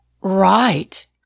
right